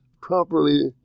properly